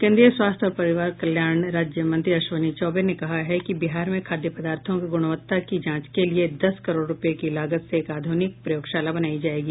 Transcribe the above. केन्द्रीय स्वास्थ्य और परिवार कल्याण राज्य मंत्री अश्विनी चौबे ने कहा है कि बिहार में खाद्य पदार्थों के गूणवत्ता की जांच के लिए दस करोड़ रूपये की लागत से एक आध्रनिक प्रयोगशाला बनाई जायेगी